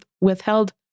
withheld